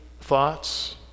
thoughts